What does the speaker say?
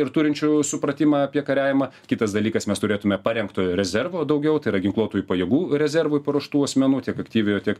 ir turinčių supratimą apie kariavimą kitas dalykas mes turėtume parengtojo rezervo daugiau tai yra ginkluotųjų pajėgų rezervui paruoštų asmenų tiek aktyviojo tiek